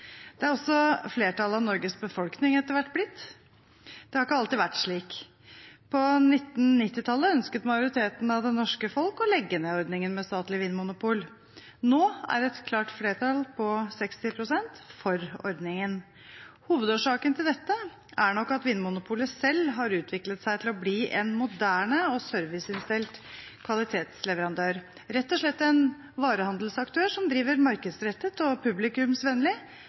Det har også flertallet av Norges befolkning etter hvert blitt. Det har ikke alltid vært slik. På 1990-tallet ønsket majoriteten av det norske folk å legge ned ordningen med statlige vinmonopol. Nå er det et klart flertall på 60 pst. for ordningen. Hovedårsaken til dette er nok at Vinmonopolet selv har utviklet seg til å bli en moderne og serviceinnstilt kvalitetsleverandør – rett og slett en varehandelsaktør som driver markedsrettet og